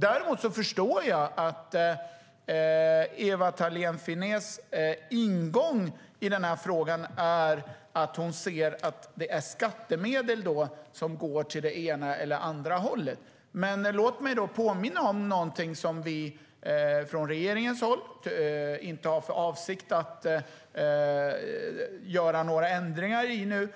Däremot förstår jag att Ewa Thalén Finnés ingång i frågan gäller att hon anser att skattemedel går åt det ena eller andra hållet. Låt mig påminna om något som vi från regeringens håll inte har för avsikt att göra ändringar i, nämligen